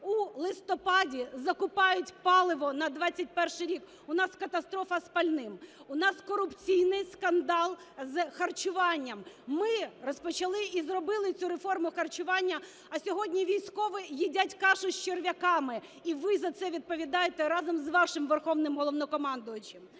у листопаді, закупають паливо на 21-й рік, у нас катастрофа з пальним. У нас корупційний скандал з харчуванням. Ми розпочали і зробили цю реформу харчування, а сьогодні військові їдять кашу з черв'яками. І ви за це відповідаєте разом з вашим Верховним Головнокомандувачем.